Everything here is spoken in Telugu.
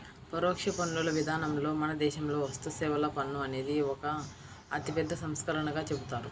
పరోక్ష పన్నుల విధానంలో మన దేశంలో వస్తుసేవల పన్ను అనేది ఒక అతిపెద్ద సంస్కరణగా చెబుతారు